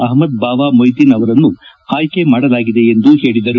ಅಹ್ಲದ್ ಬಾವ ಮೊಯ್ದಿನ್ ಅವರನ್ನು ಆಯ್ಲಿ ಮಾಡಲಾಗಿದೆ ಎಂದು ಹೇಳಿದರು